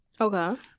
Okay